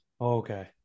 Okay